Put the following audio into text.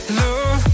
love